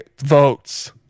votes